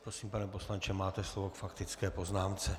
Prosím, pane poslanče, máte slovo k faktické poznámce.